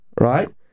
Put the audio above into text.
right